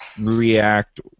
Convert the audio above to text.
React